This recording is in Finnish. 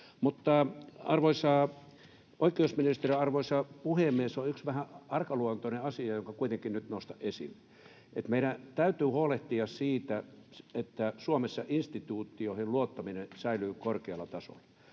arvoisa oikeusministeri, arvoisa puhemies, on yksi vähän arkaluontoinen asia, jonka kuitenkin nyt nostan esiin. Meidän täytyy huolehtia siitä, että Suomessa instituutioihin luottaminen säilyy korkealla tasolla.